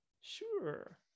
sure